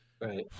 Right